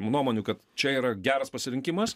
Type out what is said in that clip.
nuomonių kad čia yra geras pasirinkimas